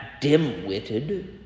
dim-witted